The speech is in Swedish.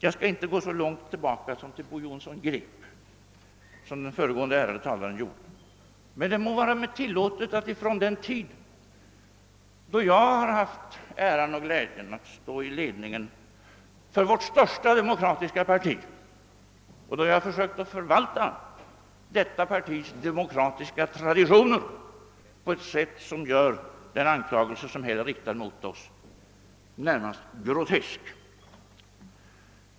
Jag skall inte gå lika långt tillbaka som den föregående ärade talaren, som nämnde Bo Jonsson Grip, men det må vara mig tillåtet att ta ett exempel från den tid då jag haft äran och glädjen att stå i ledningen för vårt största demokratiska parti och då sökt förvalta detta partis demokratiska traditioner på ett sätt som gör den anklagelse som här riktades mot oss närmast grotesk.